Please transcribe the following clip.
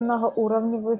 многоуровневый